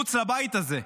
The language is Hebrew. מחוץ לבית הזה.